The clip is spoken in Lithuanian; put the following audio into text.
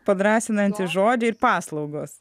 padrąsinantį žodį ir paslaugos